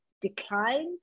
decline